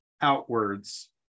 outwards